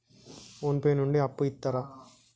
Phone pay నుండి అప్పు ఇత్తరా?